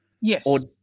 Yes